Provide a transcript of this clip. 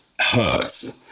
Hurts